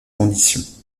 conditions